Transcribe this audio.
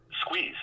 Squeeze